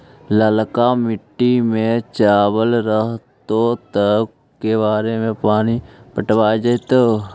ललका मिट्टी में चावल रहतै त के बार पानी पटावल जेतै?